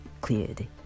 cleared